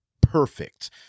perfect